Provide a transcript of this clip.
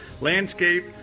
landscape